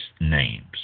names